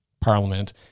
parliament